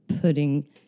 putting